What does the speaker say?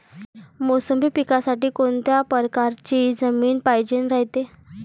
मोसंबी पिकासाठी कोनत्या परकारची जमीन पायजेन रायते?